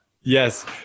Yes